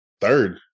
Third